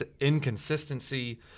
inconsistency